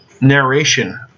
narration